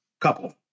Couple